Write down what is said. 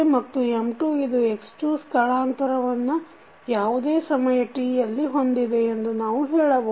ಮತ್ತು M2 ಇದು x2 ಸ್ಥಳಾಂತರವನ್ನು ಯಾವುದೇ ಸಮಯ t ಯಲ್ಲಿ ಹೊಂದಿದೆ ಎಂದು ನಾವು ಹೇಳಬಹುದು